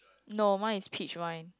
no mine is peach wine